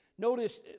Notice